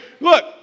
Look